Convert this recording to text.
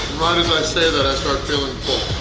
right as i say that i start feeling full.